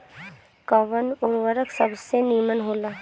कवन उर्वरक सबसे नीमन होला?